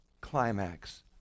climax